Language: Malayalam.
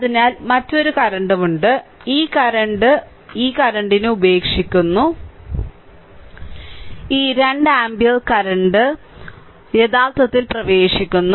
അതിനാൽ മറ്റൊരു കറന്റും ഉണ്ട് ഈ കറന്റ് ഈ കറന്റ് ഉപേക്ഷിക്കുന്നു i3 ഈ 2 ആമ്പിയർ കറന്റ് യഥാർത്ഥത്തിൽ പ്രവേശിക്കുന്നു